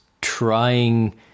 trying